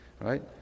right